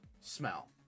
smell